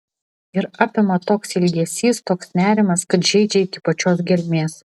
ir apima toks ilgesys toks nerimas kad žeidžia iki pačios gelmės